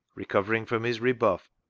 recovering from his rebuff,